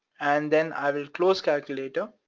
and then i will close calculator,